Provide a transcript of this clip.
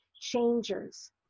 changers